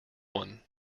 one